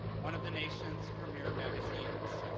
one of the nation's premier magazines.